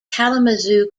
kalamazoo